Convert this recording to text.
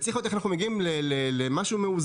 אנחנו צריכים לראות איך אנחנו מגיעים למשהו מאוזן,